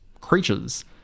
creatures